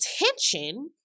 attention